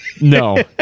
No